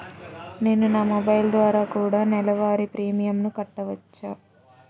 నేను నా మొబైల్ ద్వారా కూడ నెల వారి ప్రీమియంను కట్టావచ్చా?